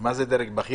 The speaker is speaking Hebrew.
מה זה "דרג בכיר"?